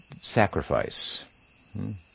sacrifice